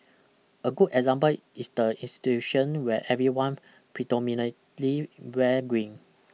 a good example is the institution where everyone predominantly wear green